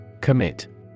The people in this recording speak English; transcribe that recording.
Commit